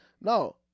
no